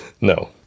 No